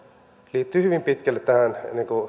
liittyvät hyvin pitkälle tähän